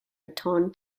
baton